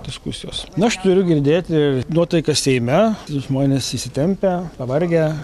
diskusijos na aš turiu girdėti nuotaikas seime žmonės įsitempę pavargę